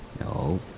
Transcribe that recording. No